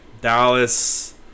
Dallas